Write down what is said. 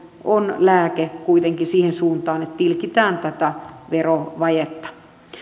on lääke siihen suuntaan että tilkitään tätä verovajetta